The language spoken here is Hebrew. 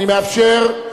אני קובע,